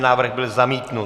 Návrh byl zamítnut.